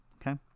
okay